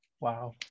Wow